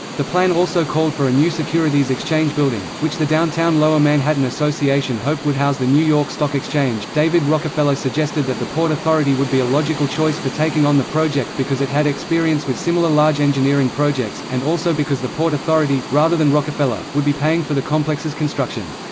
the plan also called for new securities exchange building, which the downtown-lower manhattan association hoped would house the new york stock exchange david rockefeller suggested that the port authority would be a logical choice for taking on the project because it had experience with similar large engineering projects, and also because the port authority, rather than rockefeller, would be paying for the complex's construction.